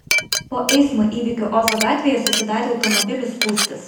po eismo įvykio ozo gatvėje susidarė automobilių spūstys